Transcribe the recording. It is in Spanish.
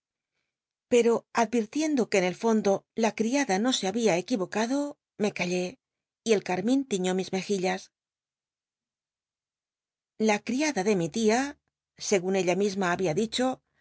pero advirtiendo que en el fondo la cl'iada no se habia equivocado me callé y el c wmin tilió mis mejillas la ctiada de mi tia segun ella misma había dicho